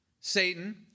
Satan